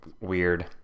weird